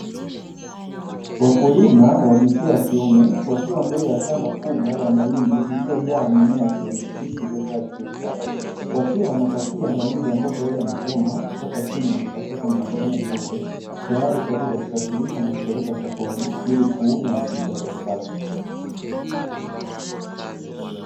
Wakulima wa jinsia ya kiume wakiwa mbele ya shamba kubwa la mahindi lililojaa mimea ya kijani kibichi iliyostawi vizuri sana, wakiwa wanapakia mahindi ambayo tayari yamevunwa kutoka chini na tayari yamepakiwa kwenye magunia meupe, tayari kwa ajii ya kusafirisha na kupeleka sokoni ili kuuza na kujipatia kiato.